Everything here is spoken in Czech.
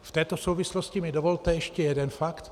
V této souvislosti mi dovolte ještě jeden fakt.